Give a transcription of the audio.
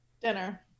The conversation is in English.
Dinner